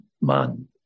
man